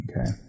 Okay